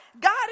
God